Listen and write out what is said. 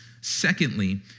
Secondly